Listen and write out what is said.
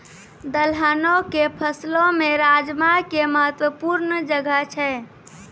दलहनो के फसलो मे राजमा के महत्वपूर्ण जगह छै